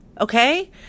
Okay